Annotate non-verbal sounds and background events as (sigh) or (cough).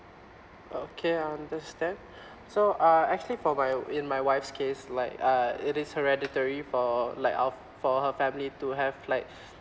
oh okay understand (breath) so uh actually for my in my wife's case like uh it is a hereditary for like our for her family to have like (breath)